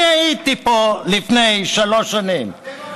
אני הייתי פה לפני שלוש שנים, אתם המפא"יניקים.